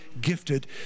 gifted